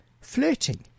flirting